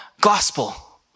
gospel